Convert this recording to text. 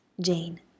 Jane